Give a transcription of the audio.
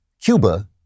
Cuba